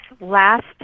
last